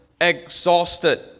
exhausted